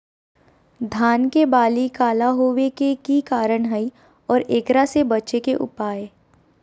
धान के बाली काला होवे के की कारण है और एकरा से बचे के उपाय?